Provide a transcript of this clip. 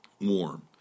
warm